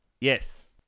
Yes